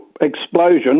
explosion